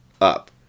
up